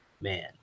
man